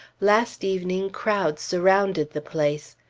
last evening crowds surrounded the place.